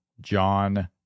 John